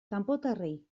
kanpotarrei